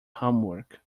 homework